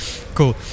cool